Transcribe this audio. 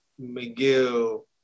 McGill